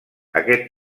aquest